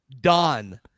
don